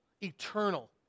eternal